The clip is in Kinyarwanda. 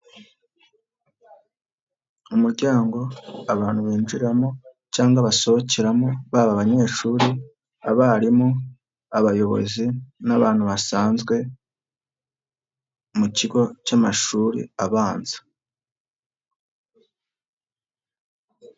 Umuryango abantu binjiramo cyangwa basohokeramo baba abanyeshuri, abarimu, abayobozi n'abantu basanzwe mu kigo cy'amashuri abanza.